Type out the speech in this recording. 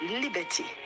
liberty